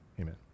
amen